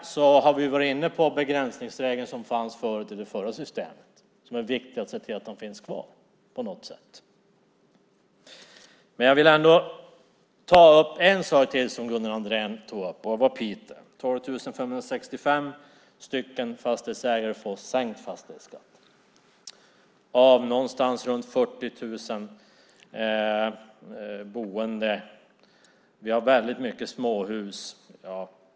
Vi har varit inne på den begränsningsregel som fanns i det förra systemet. Det är viktigt att se till att den finns kvar på något sätt. Jag vill ändå ta upp en annan sak som Gunnar Andrén tog upp. 12 565 fastighetsägare i Piteå skulle få sänkt fastighetsskatt av någonstans kring 40 000 boende. Vi har väldigt många småhus i Piteå.